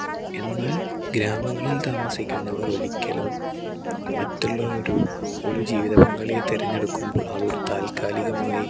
എന്നാൽ ഗ്രാമങ്ങളിൽ താമസിക്കുന്നവർ ഒരിക്കലും മറ്റുള്ള ഒരു ഒരു ജീവിത പങ്കാളിയെ തിരഞ്ഞെടുക്കുമ്പോൾ അതൊരു താത്കാലികമായി